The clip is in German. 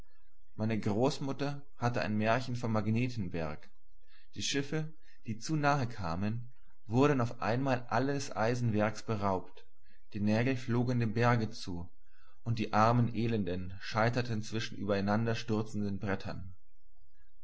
meine großmutter hatte ein märchen vom magnetenberg die schiffe die zu nahe kamen wurden auf einmal alles eisenwerks beraubt die nägel flogen dem berge zu und die armen elenden scheiterten zwischen den übereinander stürzenden brettern